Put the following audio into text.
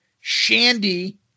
Shandy